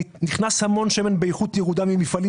נכנס המון שמן באיכות ירודה ממפעלים